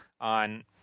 on